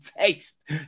taste